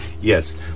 yes